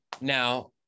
Now